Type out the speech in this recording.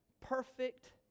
perfect